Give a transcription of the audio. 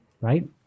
right